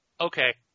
Okay